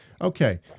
Okay